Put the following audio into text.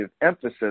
emphasis